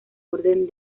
orden